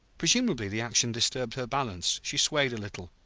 presumably the action disturbed her balance she swayed a little,